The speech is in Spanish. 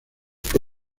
que